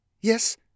yes